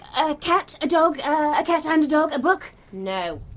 a cat? a dog? a cat and a dog? a book? no.